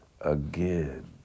again